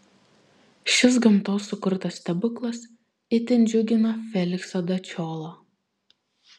šis gamtos sukurtas stebuklas itin džiugina feliksą dačiolą